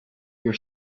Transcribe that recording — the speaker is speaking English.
your